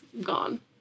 gone